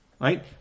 Right